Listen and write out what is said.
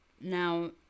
Now